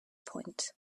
point